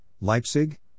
Leipzig